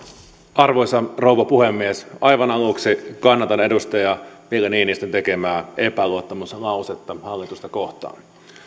arvoisa rouva puhemies aivan aluksi kannatan edustaja ville niinistön tekemää epäluottamuslausetta hallitusta kohtaan